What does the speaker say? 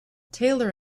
taylor